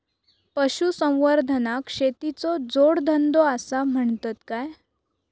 पशुसंवर्धनाक शेतीचो जोडधंदो आसा म्हणतत काय?